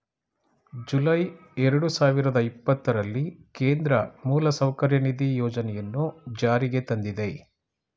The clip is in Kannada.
ಜುಲೈ ಎರಡು ಸಾವಿರದ ಇಪ್ಪತ್ತರಲ್ಲಿ ಕೇಂದ್ರ ಮೂಲಸೌಕರ್ಯ ನಿಧಿ ಯೋಜನೆಯನ್ನು ಜಾರಿಗೆ ತಂದಿದೆ